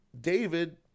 David